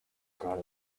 got